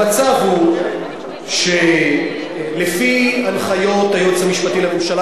המצב הוא שלפי הנחיות היועץ המשפטי לממשלה